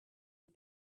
and